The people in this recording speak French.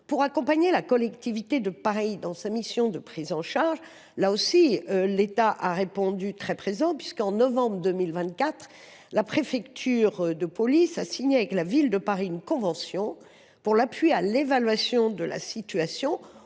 Pour accompagner la collectivité de Paris dans sa mission de prise en charge, l’État a répondu très présent. En novembre 2024, la préfecture de police a signé avec la Ville de Paris une convention pour l’appui à l’évaluation de la situation,